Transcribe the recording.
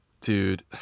Dude